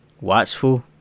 watchful